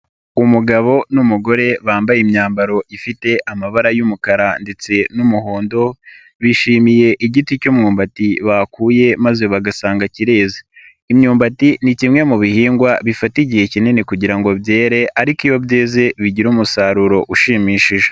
umugabo n'umugore bambaye imyambaro ifite amabara y'umukara ndetse n'umuhondo, bishimiye igiti cy'Umwumbati bakuye maze bagasanga kireze. Imyumbati ni kimwe mu bihingwa bifata igihe kinini kugira ngo byere, ariko iyo byeze bigira umusaruro ushimishije.